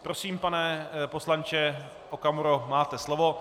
Prosím, pane poslanče Okamuro, máte slovo.